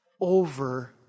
over